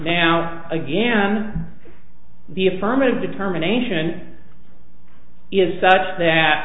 now again the affirmative determination is such that